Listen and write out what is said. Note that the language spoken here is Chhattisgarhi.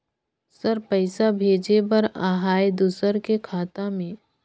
सर पइसा भेजे बर आहाय दुसर के खाता मे?